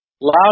Loud